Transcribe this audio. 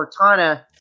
Cortana